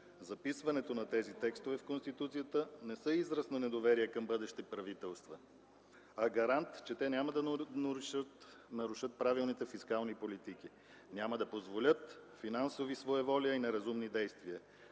Записването на тези текстове в Конституцията не са израз на недоверие към бъдещи правителства, а гарант, че те няма да нарушат правилните фискални политики, няма да позволят финансови своеволия и неразумни действия.